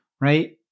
right